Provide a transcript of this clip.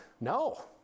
No